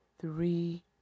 three